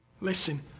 Listen